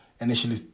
initially